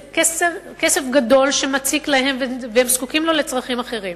זה כסף גדול וזה מציק להם והם זקוקים לו לצרכים אחרים.